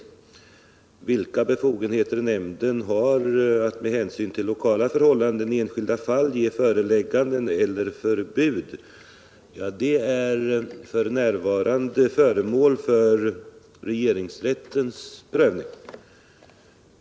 Frågan om vilka befogenheter nämnderna har att med hänsyn till lokala förhållanden i enskilda fall tillämpa föreläg gande eller förbud är f. n. föremål för regeringsrättens prövning.